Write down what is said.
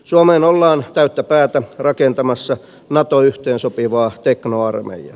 suomeen ollaan täyttä päätä rakentamassa nato yhteensopivaa teknoarmeijaa